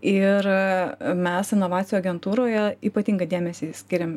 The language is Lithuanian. ir mes inovacijų agentūroje ypatingą dėmesį skiriam